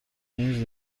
این